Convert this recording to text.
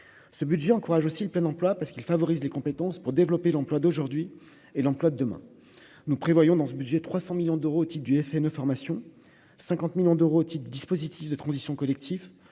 ce budget encourage aussi le plein emploi, parce qu'il favorise les compétences pour développer l'emploi, d'aujourd'hui et l'emploi de demain, nous prévoyons dans ce budget 300 millions d'euros du FN information 50 millions d'euros, dispositif de transition collectif